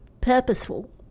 purposeful